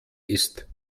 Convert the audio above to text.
ist